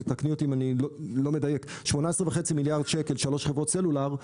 תתקני אותי אם אני לא מדייק 18.5 מיליארד שקל משלוש חברות סלולר,